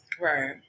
Right